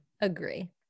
Agree